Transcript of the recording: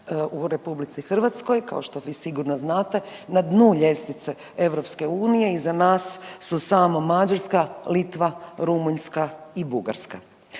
u RH kao što vi sigurno znate na dnu ljestvice EU, iza nas su samo Mađarska, Litva, Rumunjska i Bugarska.